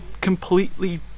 completely